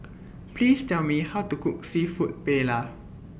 Please Tell Me How to Cook Seafood Paella